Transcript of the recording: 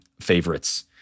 favorites